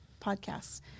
podcasts